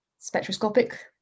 spectroscopic